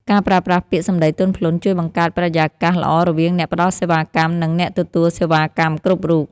ការប្រើប្រាស់ពាក្យសម្ដីទន់ភ្លន់ជួយបង្កើតបរិយាកាសល្អរវាងអ្នកផ្ដល់សេវាកម្ម និងអ្នកទទួលសេវាកម្មគ្រប់រូប។